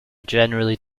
generally